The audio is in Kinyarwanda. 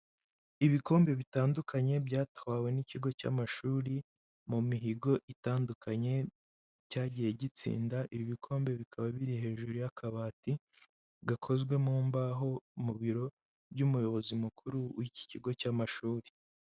Ibikombe bitandukanye byatwawe n'ikigo cy'amashuri mu mihigo itandukanye cyagiye gitsinda, ibi bikombe bikaba biri hejuru y'akabati gakozwe, mu mbaho mu biro by'umuyobozi mukuru w'iki kigo cy'amashuri.